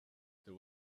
there